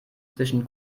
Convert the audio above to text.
zwischen